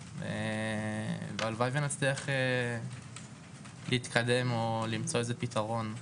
הלוואי ונצליח להתקדם ולמצוא איזשהו פתרון,